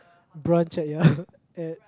brunch at ya